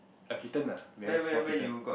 a kitten lah very small kitten